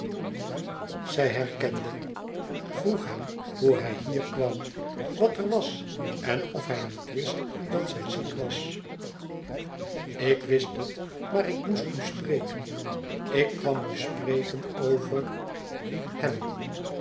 zij herkende vroeg hem hoe hij hier kwam wat er was en of hij niet wist dat zij ziek was ik wist het maar ik moest u spreken ik kwam u spreken over hem